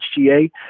HGA